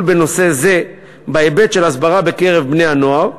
בנושא זה בהיבט של הסברה בקרב בני-הנוער,